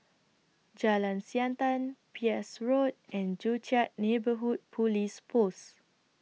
Jalan Siantan Peirce Road and Joo Chiat Neighbourhood Police Post